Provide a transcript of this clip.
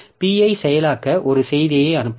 P ஐ செயலாக்க ஒரு செய்தியை அனுப்புங்கள்